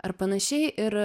ar panašiai ir